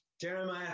Jeremiah